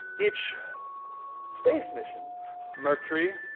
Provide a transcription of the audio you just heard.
each space mission mercury,